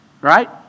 right